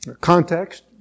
Context